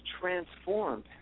transformed